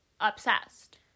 obsessed